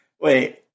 Wait